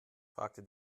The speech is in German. fragte